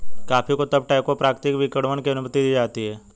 coffee को तब टैंकों प्राकृतिक किण्वन की अनुमति दी जाती है